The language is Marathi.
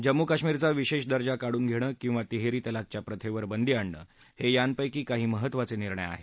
जम्मू कश्मीरचा विशेष दर्जा काढून घेणं किंवा त्रिवार तलाकच्या प्रथेवर बंदी आणणं हे यापैकी काही महत्त्वाचे निर्णय आहेत